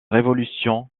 révolution